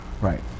Right